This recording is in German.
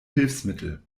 hilfsmittel